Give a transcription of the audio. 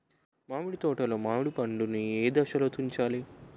మామిడి తోటలో మామిడి పండు నీ ఏదశలో తుంచాలి?